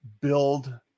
build